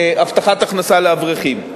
הבטחת הכנסה לאברכים.